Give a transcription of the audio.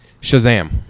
Shazam